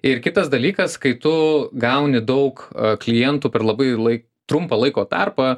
ir kitas dalykas kai tu gauni daug klientų per labai lai trumpą laiko tarpą